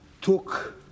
took